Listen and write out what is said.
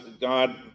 God